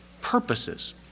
purposes